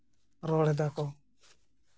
ᱨᱚᱲ ᱮᱫᱟ ᱠᱚ